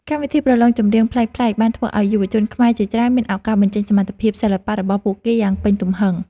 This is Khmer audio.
កម្មវិធីប្រឡងចម្រៀងប្លែកៗបានធ្វើឱ្យយុវជនខ្មែរជាច្រើនមានឱកាសបញ្ចេញសមត្ថភាពសិល្បៈរបស់ពួកគេយ៉ាងពេញទំហឹង។